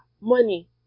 money